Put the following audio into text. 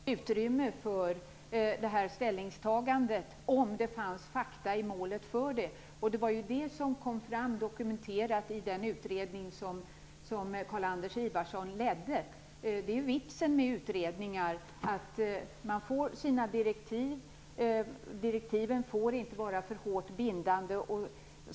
Fru talman! Direktiven gav utrymme för detta ställningstagande, om det fanns fakta i målet som talade för det. Det var det som kom fram och dokumenterades i den utredning som Carl-Anders Ifvarsson ledde. Vitsen med utredningar är att de får sina direktiv. Direktiven får inte vara för hårt bindande.